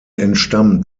entstammt